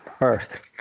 Earth